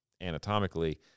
anatomically